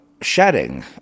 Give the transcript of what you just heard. shedding